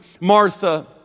Martha